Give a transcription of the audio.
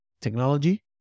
technology